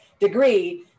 degree